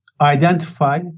identify